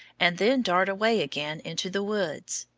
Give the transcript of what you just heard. and then dart away again into the woods.